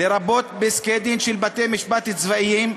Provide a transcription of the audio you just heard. לרבות פסקי-דין של בתי-משפט צבאיים,